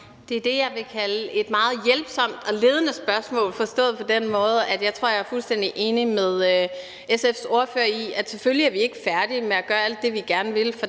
Det er det, jeg vil kalde et meget hjælpsomt og ledende spørgsmål, forstået på den måde, at jeg tror, at jeg er fuldstændig enig med SF's ordfører i, at selvfølgelig er vi ikke færdige med at gøre alt det, vi gerne vil,